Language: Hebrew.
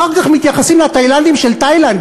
אחר כך מתייחסים לתאילנדים של תאילנד,